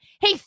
Hey